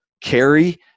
carry